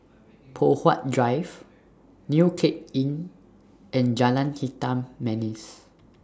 Poh Huat Drive New Cape Inn and Jalan Hitam Manis